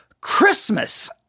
Christmas